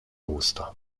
usta